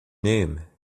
name